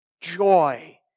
joy